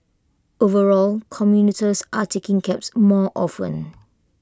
overall commuters are taking cabs more often